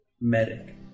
medic